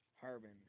Harbin